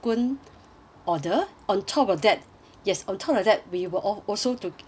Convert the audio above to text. order on top of that yes on top of that we will also to uh of~